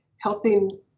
helping